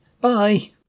Bye